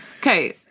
okay